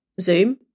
Zoom